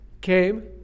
came